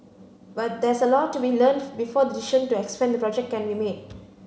but there's a lot to be learnt before the decision to expand the project can be made